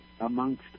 amongst